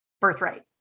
birthright